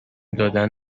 دادن